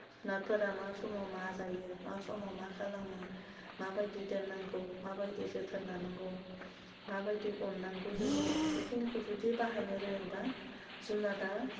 जुनादफोरा मा समाव मा जायो मा समाव मा खालामो माबायदि दोन्नांगौ माबायदि जोथोन लानांगौ माबायदि अन्नांगौ जोङो बेखिनिखौ जुदि बाहायनो रोङोबा जुनादआ